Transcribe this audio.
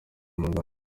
muganga